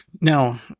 Now